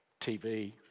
TV